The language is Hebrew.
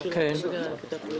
הם שלחו